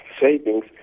savings